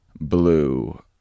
blue